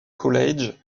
college